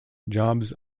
jobs